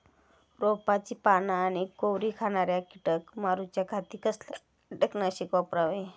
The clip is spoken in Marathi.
रोपाची पाना आनी कोवरी खाणाऱ्या किडीक मारूच्या खाती कसला किटकनाशक वापरावे?